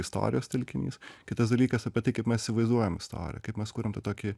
istorijos telkinys kitas dalykas apie tai kaip mes įsivaizduojam istoriją kaip mes kuriam tą tokį